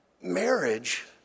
marriage